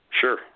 Sure